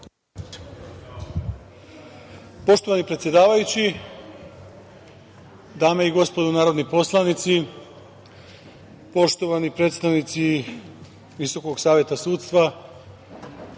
Poštovani predsedavajući, dame i gospodo narodni poslanici, poštovani predstavnici Visokog saveta sudstva,